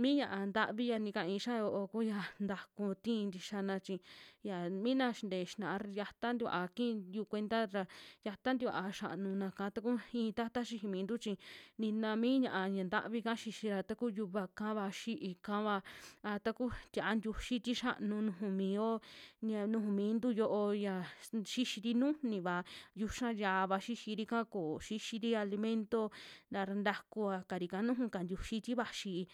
mi ña'a ntavi ya nikai xia yoo kuya taku tii tixiana, chi ya mina xintee xinaa, taya tikua kiyu kuenta ra, xiata tikua xianuna'ka taku i'i tata xijimintu chi nina mi ña'a ya ntavika xixira, taku yuva kava xi'í kava, a taku tia'a ntiuxi ti xianu nuju mio, ya nuju mintuyo ya sxixiri nujuniva, yuxa ya'ava xixirika koo xixiri alimento a ra ntakua karika nujuka ntiuxi ti vaxi.